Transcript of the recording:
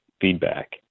feedback